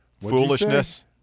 foolishness